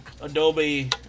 Adobe